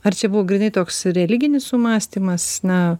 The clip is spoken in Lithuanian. ar čia buvo grynai toks religinis sumąstymas na